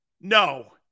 No